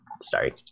Sorry